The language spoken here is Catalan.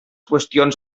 qüestions